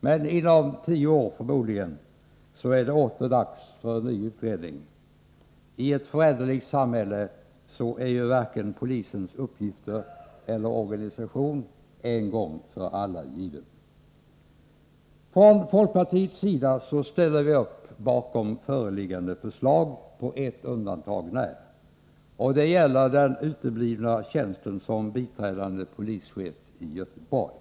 Men; inom tio år är det förmodligen åter dags för en ny utredning, I ett föränderligt samhälle är ju varken polisens uppgifter eller dess organisation en, gång gör allaigivensbedii 118 19310421u4 Tålastöt 19 & oninab I i Från ;folkpartiets-sidar ställer, vi, oss, äkpgi försligsande Ding på ett, undantag när, och det,;gäller, den uteblivna tjänsten som biträdande polischef; i Göteborg.